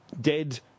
dead